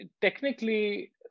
technically